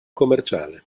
commerciale